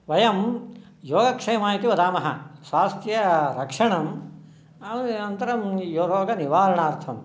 वयं योगक्षेम इति वदामः स्वास्थ्यरक्षणम् अनन्तरं रोगनिवारणार्थं